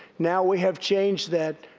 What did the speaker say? now we have changed that,